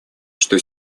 что